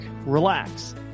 relax